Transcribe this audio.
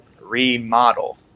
remodel